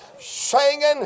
singing